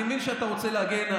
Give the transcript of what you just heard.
אני מבין שאתה רוצה להגן,